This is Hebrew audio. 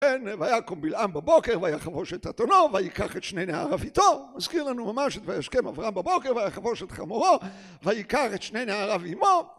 ויקום בלעם בבוקר ויחבוש את אתונו, וייקח את שני נעריו איתו, מזכיר לנו ממש את וישכם אברהם בבוקר ויחבוש את חמורו, וייקח את שני נעריו עימו